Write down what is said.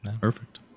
perfect